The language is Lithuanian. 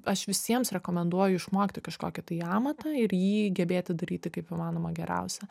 aš visiems rekomenduoju išmokti kažkokį tai amatą ir jį gebėti daryti kaip įmanoma geriausia